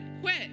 quit